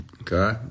Okay